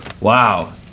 Wow